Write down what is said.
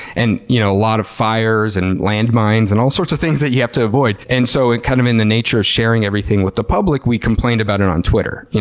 and you know a lot of fires, and landmines, and all sorts of things that you have to avoid. and so in kind of in the nature of sharing everything with the public, we complained about it on twitter. we